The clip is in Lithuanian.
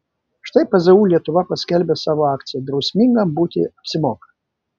štai pzu lietuva paskelbė savo akciją drausmingam būti apsimoka